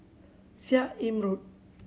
Seah Im Road